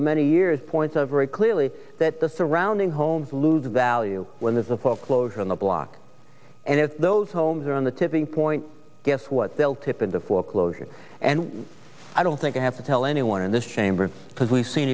the many years points are very clearly that the surrounding homes lose value when there's a foreclosure on the block and those homes are on the tipping point guess what they'll tip into foreclosure and i don't think i have to tell anyone in this chamber because we've seen